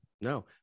No